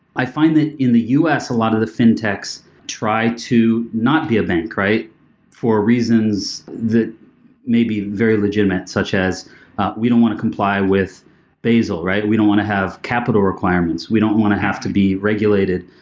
i find that in the us, a lot of the fin techs try to not be a bank for reasons that may be very legitimate, such as we don't want to comply with basel, right? we don't want to have capital requirements. we don't want to have to be regulated.